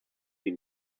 sie